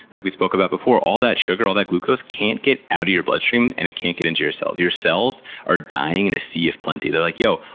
like we spoke about before, all that sugar, all that glucose, can't get out of your bloodstream and it can't get into your cells. your cells are dying in a sea of plenty. they're like, yo!